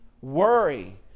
Worry